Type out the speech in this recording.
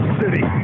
city